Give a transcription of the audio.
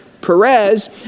Perez